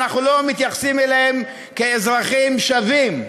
ואנחנו לא מתייחסים אליהם כאזרחים שווים.